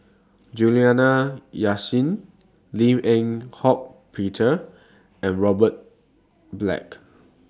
Juliana Yasin Lim Eng Hock Peter and Robert Black